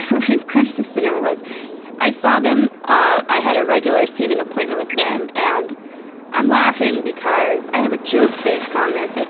rape crisis center was i saw them ah i had a regular standing appointment with them, and i'm laughing because i have a joke based on this.